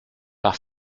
par